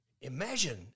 imagine